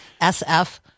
SF